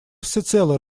всецело